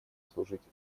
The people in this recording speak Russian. служить